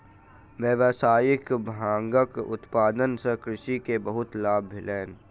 व्यावसायिक भांगक उत्पादन सॅ कृषक के बहुत लाभ भेलैन